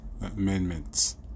amendments